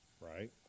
right